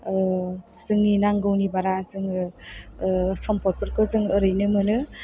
जोंनि नांगौनि बारा जों सम्फदफोरखौ जों ओरैनो मोनो